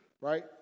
right